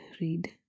read